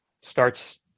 Starts